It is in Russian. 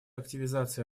активизации